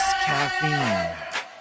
caffeine